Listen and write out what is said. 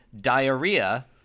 diarrhea